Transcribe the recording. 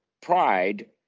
Pride